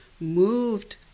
moved